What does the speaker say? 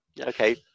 Okay